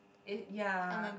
eh ya